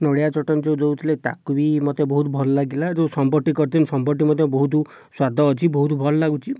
ନଡ଼ିଆ ଚଟଣି ଯେଉଁ ଦେଇଥିଲେ ତା'କୁ ବି ମତେ ବହୁତ ଭଲ ଲାଗିଲା ଯେଉଁ ସମ୍ବରଟି କରିଛନ୍ତି ସମ୍ବରଟି ମଧ୍ୟ ବହୁତ ସ୍ଵାଦ ଅଛି ବହୁତ ଭଲ ଲାଗୁଛି